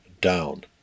down